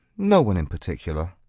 no one in particular.